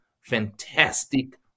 Fantastic